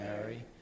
Mary